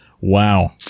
Wow